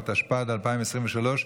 התשפ"ד 2023,